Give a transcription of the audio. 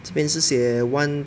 这边是写 one